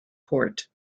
port